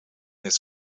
his